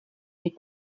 les